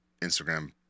Instagram